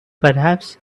perhaps